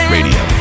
Radio